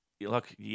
look